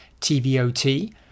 TVOT